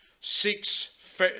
Six